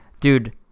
Dude